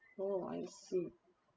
oh I see